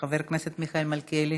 חבר הכנסת מיכאל מלכיאלי,